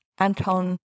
Anton